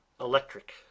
electric